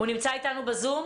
הוא נמצא איתנו בזום?